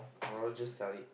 or else just sell it